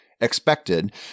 expected